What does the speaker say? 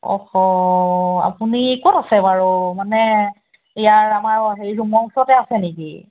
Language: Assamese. অ'হ' আপুনি ক'ত আছে বাৰু মানে ইয়াৰ আমাৰ হেৰি ৰূমৰ ওচতে আছে নেকি